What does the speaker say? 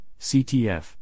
CTF